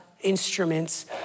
instruments